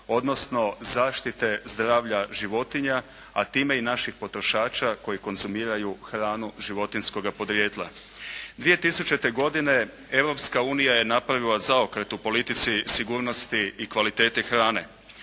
odnosno zaštite zdravlja životinja, a time naših potrošača koji konzumiraju hranu životinjskoga podrijetla. 2000. godine Europska unija je napravila zaokret u politici sigurnosti i kvaliteti hrane.